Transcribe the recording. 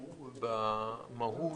במהות,